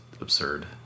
absurd